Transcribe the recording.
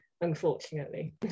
unfortunately